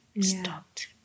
stopped